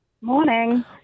Morning